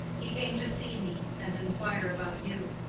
he came to see me and inquire about you.